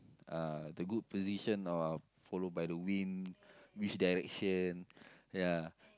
uh the good position of followed by the wind which direction ya